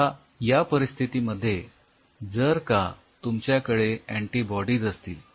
आता या परिस्थितीमध्ये जर का तुमच्याकडे अँटीबॉडीज असतील